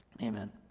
Amen